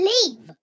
Leave